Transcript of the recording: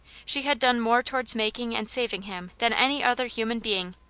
she had done more towards making and saving him than any other human being.